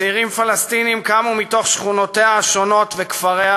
צעירים פלסטינים קמו מתוך שכונותיה השונות וכפריה